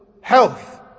health